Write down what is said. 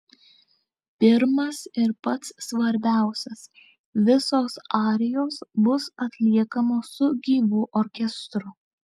pirmas ir pats svarbiausias visos arijos bus atliekamos su gyvu orkestru